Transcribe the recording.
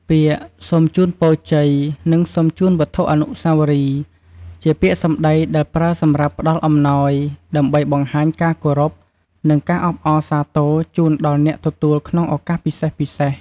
ពាក្យ "សូមជូនពរជ័យ" និង "សូមជូនវត្ថុអនុស្សាវរីយ៍" ជាពាក្យសម្តីដែលប្រើសម្រាប់ផ្តល់អំណោយ ដើម្បីបង្ហាញការគោរព និងការអបអរសាទរជូនដល់អ្នកទទួលក្នុងឱកាសពិសេសៗ។